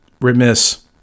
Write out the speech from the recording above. remiss